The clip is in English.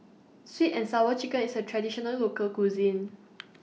Sweet and Sour Chicken IS A Traditional Local Cuisine